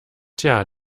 tja